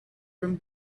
from